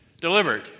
delivered